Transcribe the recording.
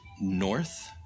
north